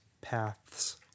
paths